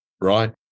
right